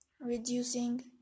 reducing